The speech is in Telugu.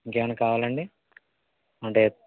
ఇంకేమన్నా కావాలండి అంటే